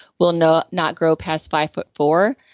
will not not grow past five foot four,